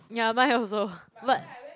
yeah mine also but